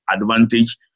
advantage